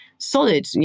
solid